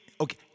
okay